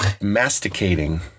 masticating